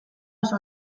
oso